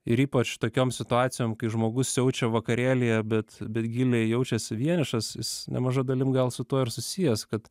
ir ypač tokiom situacijom kai žmogus siaučia vakarėlyje bet bet giliai jaučiasi vienišas jis nemaža dalim gal su tuo ir susijęs kad